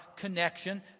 connection